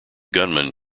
gunman